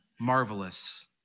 marvelous